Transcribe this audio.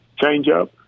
changeup